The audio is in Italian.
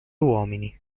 uomini